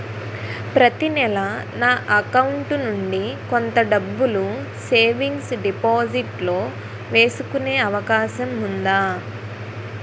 ప్రతి నెల నా అకౌంట్ నుండి కొంత డబ్బులు సేవింగ్స్ డెపోసిట్ లో వేసుకునే అవకాశం ఉందా?